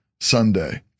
Sunday